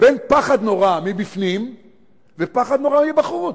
בין פחד נורא מבפנים ופחד נורא מבחוץ.